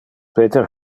peter